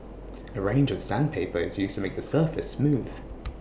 A range of sandpaper is used to make the surface smooth